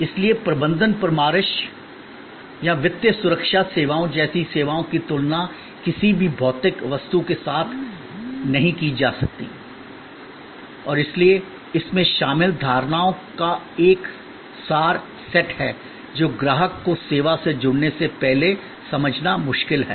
इसलिए प्रबंधन परामर्श या वित्तीय सुरक्षा सेवाओं जैसी सेवाओं की तुलना किसी भी भौतिक वस्तु के साथ नहीं की जा सकती है और इसलिए इसमें शामिल धारणाओं का एक सार सेट है जो ग्राहक को सेवा से जुड़ने से पहले समझना मुश्किल है